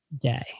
day